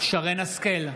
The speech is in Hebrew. שרן מרים השכל,